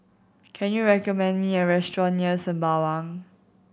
can you recommend me a restaurant near Sembawang